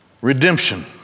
Redemption